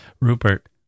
Rupert